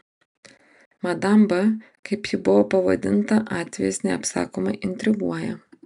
madam b kaip ji buvo pavadinta atvejis neapsakomai intriguoja